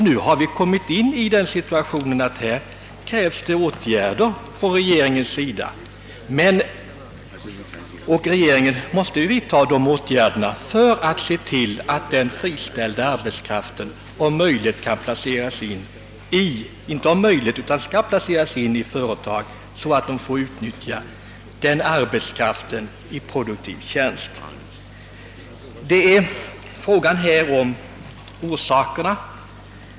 Nu har vi kommit in i en sådan situation, att det krävs åtgärder från regeringens sida för att den friställda arbetskraften skall kunna placeras i arbetslivet, så att vi kan utnyttja även den arbetskraften i produktiv tjänst. Man kan diskutera orsakerna till den uppkomna situationen.